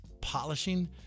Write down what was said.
Polishing